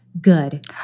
Good